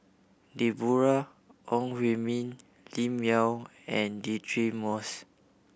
Deborah Ong Hui Min Lim Yau and Deirdre Moss